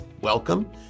welcome